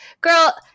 Girl